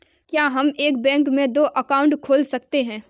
क्या हम एक बैंक में दो अकाउंट खोल सकते हैं?